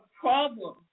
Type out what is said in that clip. problem